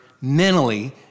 mentally